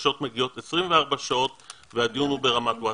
שהבקשות מגיעות 24 שעות והדיון הוא ברמה גבוהה.